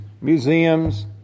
museums